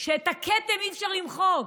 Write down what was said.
שאת הכתם אי-אפשר למחוק.